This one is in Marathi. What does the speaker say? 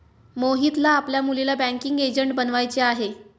मोहितला आपल्या मुलीला बँकिंग एजंट बनवायचे आहे